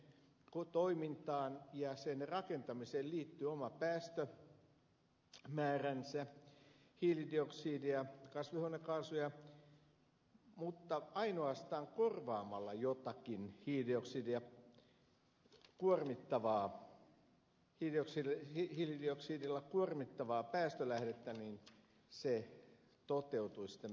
sen toimintaan ja sen rakentamiseen liittyy oma päästömääränsä hiilidioksidia kasvihuonekaasuja mutta ainoastaan korvaamalla jotakin hiilidioksidilla kuormittavaa päästölähdettä toteutuisi tämä ed